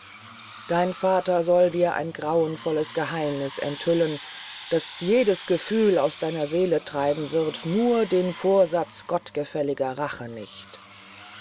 dein vater soll dir ein grausenvolles geheimniß enthüllen das jedes gefühl aus deiner seele treiben wird nur den vorsatz gottgefälliger rache nicht